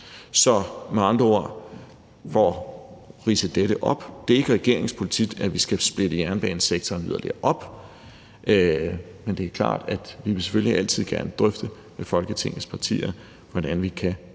Så for at opsummere er det ikke regeringens politik, at vi skal splitte jernbanesektoren yderligere op, men det er klart, at vi selvfølgelig altid gerne vil drøfte med Folketingets partier, hvordan vi kan